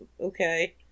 Okay